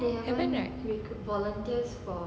haven't right